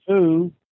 two